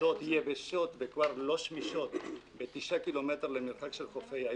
אסדות יבשות וכבר לא שמישות במרחק של תשעה ק"מ מחופי העיר.